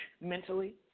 mentally